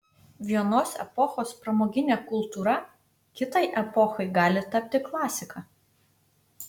vienos epochos pramoginė kultūra kitai epochai gali tapti klasika